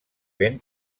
ben